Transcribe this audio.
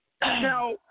Now